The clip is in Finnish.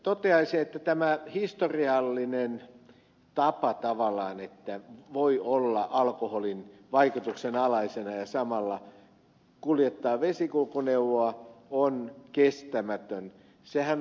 toteaisin että tämä historiallinen tapa tavallaan että voi olla alkoholin vaikutuksen alaisena ja samalla kuljettaa vesikulkuneuvoa on kestämätön